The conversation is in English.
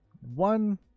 one